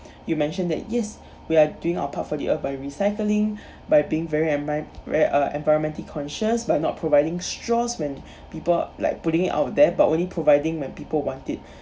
you mentioned that yes we are doing our part for the earth by recycling by being very envi~ being very uh environmentally conscious by not providing straws when people like putting it out there but only providing when people want it